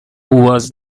was